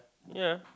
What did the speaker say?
ya